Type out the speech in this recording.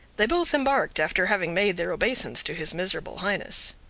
they both embarked after having made their obeisance to his miserable highness.